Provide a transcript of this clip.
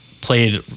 played